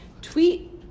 tweet